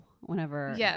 whenever